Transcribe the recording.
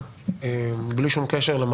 לצערי הרב אותם פקידים לא מתנהלים